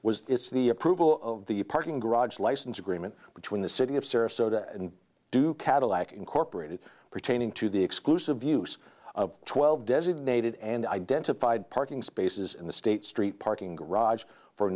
was the approval of the parking garage license agreement between the city of sarasota and do cadillac incorporated pertaining to the exclusive use of twelve designated and identified parking spaces in the state street parking garage for